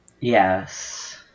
Yes